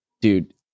Dude